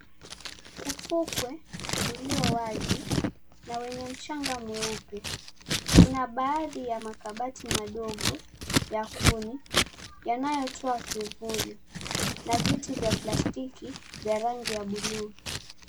Ufukwe uliowazi na wenye mchanga mweupe. Kuna baadhi ya makabati madogo ya kuni yanayotoa kivuli na viti vya plastiki vya rangi ya buluu.